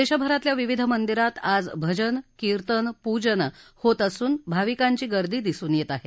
देशभरातल्या विविध मंदिरात आज भजन कीर्तन पूजन होत असून भाविकांची गर्दी दिसून येत आहे